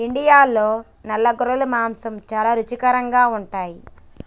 ఇండియాలో నల్ల గొర్రెల మాంసం చాలా రుచికరంగా ఉంటాయి